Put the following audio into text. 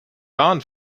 wahren